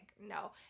no